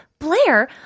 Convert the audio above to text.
Blair